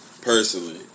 personally